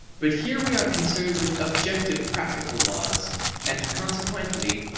but here we are concerned with objective practical laws and, consequently,